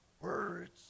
Words